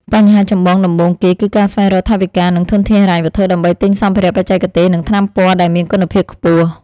បញ្ហាចម្បងដំបូងគេ គឺការស្វែងរកថវិកា និងធនធានហិរញ្ញវត្ថុដើម្បីទិញសម្ភារៈបច្ចេកទេស និងថ្នាំពណ៌ដែលមានគុណភាពខ្ពស់។